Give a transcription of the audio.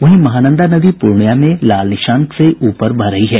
वहीं महानंदा नदी पूर्णियां में खतरे के निशान से ऊपर बह रही है